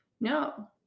No